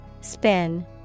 Spin